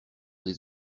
des